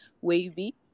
Wavy